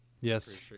Yes